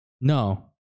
No